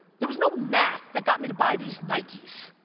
there was no math that got me to buy these nikes.